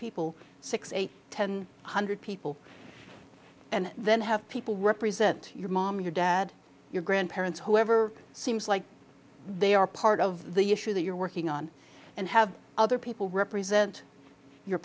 people six eight ten one hundred people and then have people represent your mom your dad your grandparents whoever seems like they are part of the issue that you're working on and have other people represent your